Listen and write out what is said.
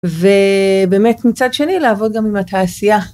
ובאמת מצד שני לעבוד גם עם התעשייה.